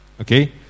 Okay